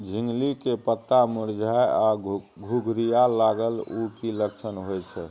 झिंगली के पत्ता मुरझाय आ घुघरीया लागल उ कि लक्षण होय छै?